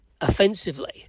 offensively